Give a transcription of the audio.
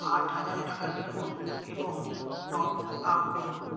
আট হাজার টাকা লিখুন এবং টপ আপ করুন